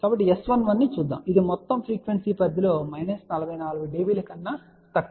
కాబట్టి S11 ని చూద్దాం ఇది ఈ మొత్తం పౌనపున్యం పరిధి లో మైనస్ 44 dB కన్నా తక్కువ ఇది 0